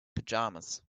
pajamas